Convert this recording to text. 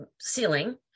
ceiling